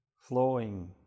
flowing